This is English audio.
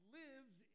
lives